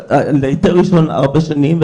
היתר ראשון לארבע שנים,